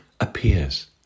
appears